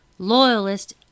Loyalist